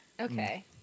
Okay